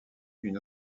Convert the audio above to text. une